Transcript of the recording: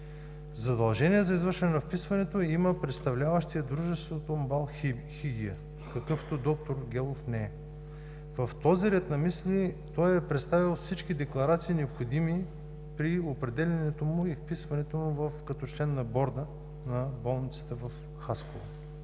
Задължение за извършването на вписването има представляващият дружеството МБАЛ „Хигия“, какъвто д-р Гелов не е. В този ред на мисли той е представил всички декларации, необходими при определянето му и вписването му като член на Борда на болницата в Хасково.